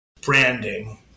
branding